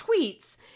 tweets